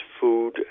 food